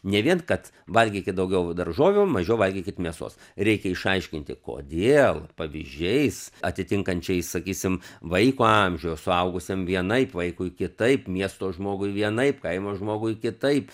ne vien kad valgykit daugiau daržovių mažiau valgykit mėsos reikia išaiškinti kodėl pavyzdžiais atitinkančiais sakysim vaiko amžių suaugusiam vienaip vaikui kitaip miesto žmogui vienaip kaimo žmogui kitaip